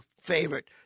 favorite